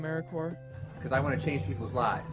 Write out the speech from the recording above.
america or because i want to change people's lives